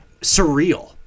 surreal